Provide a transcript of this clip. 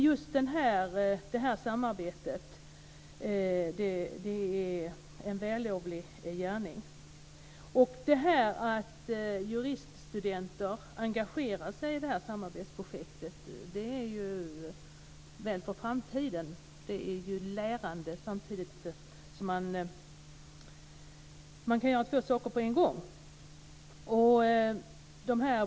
Just detta samarbete är en vällovlig gärning. Att juriststudenter engagerar sig i det här samarbetsprojektet är bra för framtiden, och det är lärande - man kan göra två saker på samma gång.